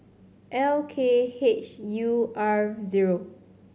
L K H U R zero